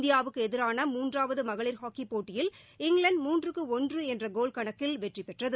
இந்தியாவுக்கு எதிரான மூன்றாவது மகளிர் ஹாக்கிப் போட்டியில் இங்கிலாந்து மூன்றுக்கு ஒன்று என்ற கோல் கணக்கில் வெற்றி பெற்றது